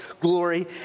glory